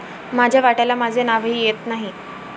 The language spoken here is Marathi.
माझ्या वाट्याला माझे नावही येत नाही